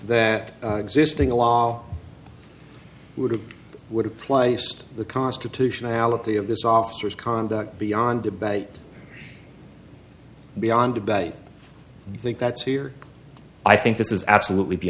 that existing law would have would have placed the constitutionality of this officers conduct beyond debate beyond debate you think that's here i think this is absolutely be